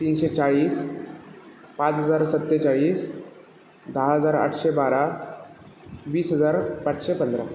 तीनशे चाळीस पाच हजार सत्तेचाळीस दहा हजार आठशे बारा वीस हजार पाचशे पंधरा